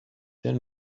their